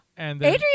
Adrian